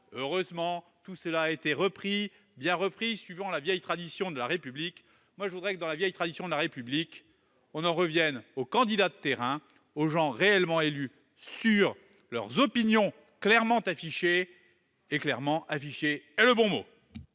Heureusement, tout cela a été repris, et bien repris, suivant la vieille tradition de la République. Moi, je voudrais que, selon la vieille tradition de la République, on en revienne à des candidats de terrain, à ceux qui sont réellement élus sur leurs opinions « clairement affichées »- c'est la bonne